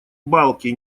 балки